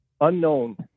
unknown